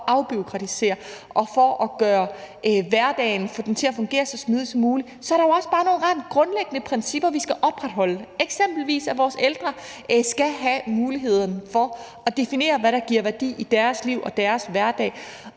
for at afbureaukratisere og for at få hverdagen til at fungere så smidigt som muligt, er der jo også bare nogle grundlæggende principper, vi skal opretholde. Det drejer sig eksempelvis om, at vores ældre skal have muligheden for at definere, hvad der giver værdi i deres liv og i deres hverdag,